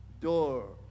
door